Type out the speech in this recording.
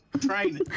Train